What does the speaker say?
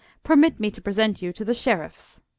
permit me to present you to the sheriffs.